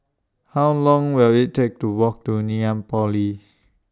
How Long Will IT Take to Walk to Ngee Ann Polytechnic